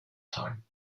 time